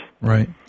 Right